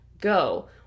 go